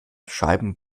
scheiben